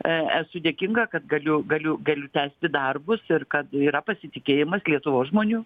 esu dėkinga kad galiu galiu galiu tęsti darbus ir kad yra pasitikėjimas lietuvos žmonių